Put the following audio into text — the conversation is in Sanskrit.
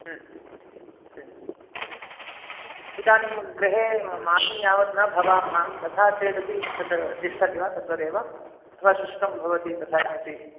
ह्म् ह्म् ह्म् ह्म् इदानीं गृहे मासे यावत् न भवामः तथा चेदपि तद् तिष्ठति वा तद्वदेव अथवा शुष्कं भवति तथा किमपि